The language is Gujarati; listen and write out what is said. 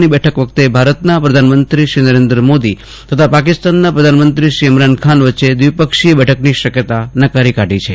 ની બેઠક વખતે ભારતના પ્રધાનમંત્રી નરેન્દ્રમોદી તથા પાકિસ્તાનના પ્રધાનમંત્રી ઇમરાખ ખાન વચ્ચે દ્વિપક્ષીય બેઠકની શક્યતા નકારી કાઢી છે